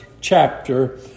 chapter